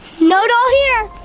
no doll here.